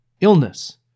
illness